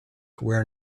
where